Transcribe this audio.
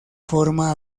forma